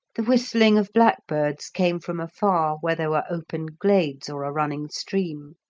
the whistling of blackbirds came from afar where there were open glades or a running stream